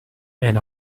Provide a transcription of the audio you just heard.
and